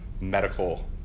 medical